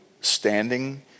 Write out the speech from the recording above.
standing